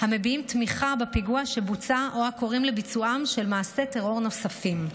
המביעים תמיכה בפיגוע שבוצע או קוראים לביצועם של מעשי טרור נוספים.